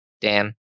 Dan